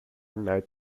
night